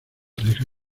reja